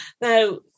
now